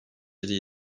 yedi